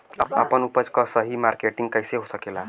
आपन उपज क सही मार्केटिंग कइसे हो सकेला?